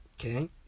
Okay